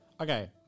Okay